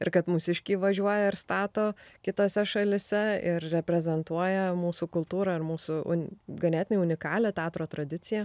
ir kad mūsiškiai važiuoja ir stato kitose šalyse ir reprezentuoja mūsų kultūrą ir mūsų un ganėtinai unikalią teatro tradiciją